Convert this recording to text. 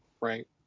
right